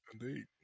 Indeed